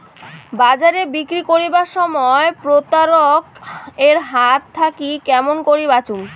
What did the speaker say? বাজারে বিক্রি করিবার সময় প্রতারক এর হাত থাকি কেমন করি বাঁচিমু?